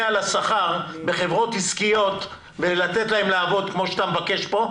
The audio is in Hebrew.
על השכר בחברות עסקיות ולתת להן לעבוד כמו שאתה מבקש כאן?